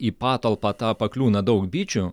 į patalpą tą pakliūna daug bičių